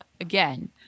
again